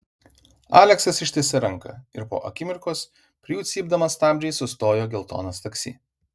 aleksas ištiesė ranką ir po akimirkos prie jų cypdamas stabdžiais sustojo geltonas taksi